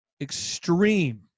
extreme